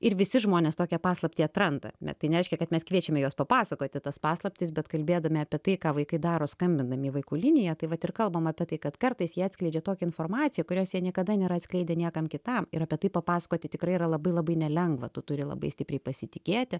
ir visi žmonės tokią paslaptį atranda bet tai nereiškia kad mes kviečiame juos papasakoti tas paslaptis bet kalbėdami apie tai ką vaikai daro skambindami į vaikų liniją tai vat ir kalbam apie tai kad kartais jie atskleidžia tokią informaciją kurios jie niekada nėra atskleidę niekam kitam ir apie tai papasakoti tikrai yra labai labai nelengva tu turi labai stipriai pasitikėti